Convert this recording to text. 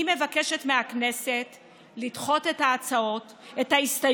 אני מבקשת מהכנסת לדחות את ההסתייגויות